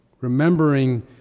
remembering